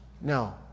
No